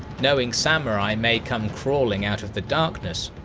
knowing samurai may come crawling out of the darkness.